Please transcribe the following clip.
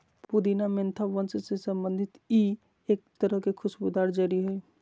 पुदीना मेंथा वंश से संबंधित ई एक तरह के खुशबूदार जड़ी हइ